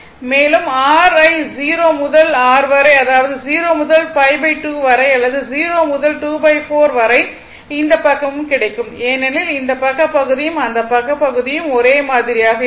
மேலும் r ஐ 0 முதல் r வரை அதாவது 0 முதல் π2 வரை அல்லது 0 முதல் 24 வரை இந்த பக்கமும் கிடைக்கும் ஏனெனில் இந்த பக்க பகுதியும் அந்த பக்க பகுதியும் ஒரே மாதிரியாக இருக்கும்